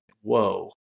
whoa